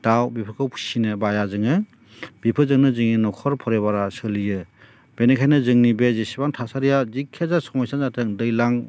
दाउ बेफोरखौ फिसिनो बाया जोङो बेफोरजोंनो जोंनि न'खर फरिबारा सोलियो बेनिखायनो जोंनि बे जेसेबां थासारिया जिखिजाया समयसायानो जाथों दैज्लां